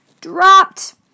dropped